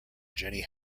jenny